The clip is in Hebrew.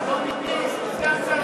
אדוני סגן שר האוצר,